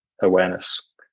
awareness